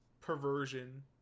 perversion